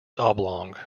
oblong